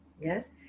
Yes